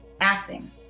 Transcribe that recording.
acting